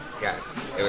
Yes